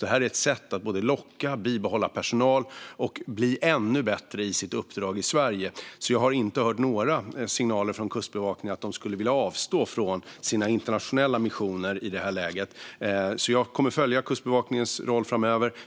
Det är ett sätt att både locka och bibehålla personal och bli ännu bättre på sitt uppdrag i Sverige. Jag har inte hört några signaler från Kustbevakningen om att de skulle vilja avstå från sina internationella missioner i detta läge. Jag kommer att följa Kustbevakningens roll framöver.